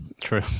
true